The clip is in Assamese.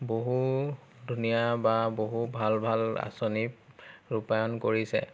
বহু ধুনীয়া বা বহু ভাল ভাল আঁচনি ৰূপায়ন কৰিছে